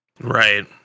Right